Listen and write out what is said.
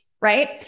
right